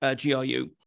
GRU